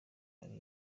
hari